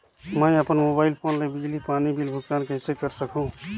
मैं अपन mobile phone ले बिजली पानी बिल भुगतान कइसे कर सकहुं?